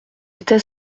était